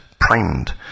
primed